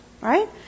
right